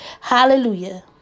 hallelujah